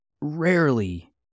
rarely